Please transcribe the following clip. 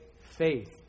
faith